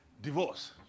divorce